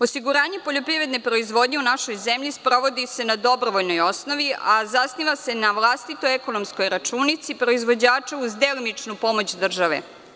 Osiguranje poljoprivredne proizvodnje u našoj zemlji sprovodi se na dobrovoljnoj osnovi, a zasniva se na vlastitoj ekonomskoj računici proizvođača, uz delimičnu pomoć države.